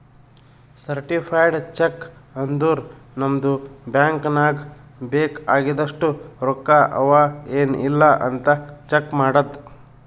certified cheque ಅಂದುರ್ ನಮ್ದು bank ನಾಗ್ ಬೇಕ್ ಆಗಿದಷ್ಟು ರೊಕ್ಕಾ ಅವಾ ಎನ್ ಇಲ್ಲ್ ಅಂತ್ ಚೆಕ್ ಮಾಡದ್